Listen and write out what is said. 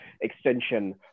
extension